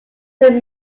saint